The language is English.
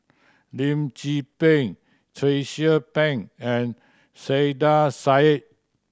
Lim Tze Peng Tracie Pang and Saiedah Said